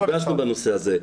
אנחנו נפגשנו בנושא הזה.